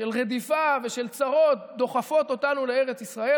של רדיפה ושל צרות דוחפות אותנו לארץ ישראל.